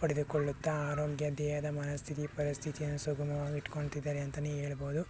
ಪಡೆದುಕೊಳ್ಳುತ್ತಾ ಆರೋಗ್ಯ ದೇಹದ ಮನಸ್ಥಿತಿ ಪರಿಸ್ಥಿತಿಯನ್ನು ಸುಗುಣವಾಗಿ ಇಟ್ಕೋತಿದ್ದಾರೆ ಅಂತಲೇ ಹೇಳ್ಬೋದು